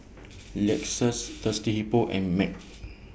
Lexus Thirsty Hippo and MAG